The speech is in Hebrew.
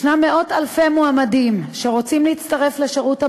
ישנם מאות-אלפי מועמדים שרוצים להצטרף לשירות המדינה,